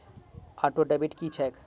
Auto debit की छैक?